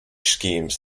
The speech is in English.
schemes